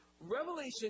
Revelation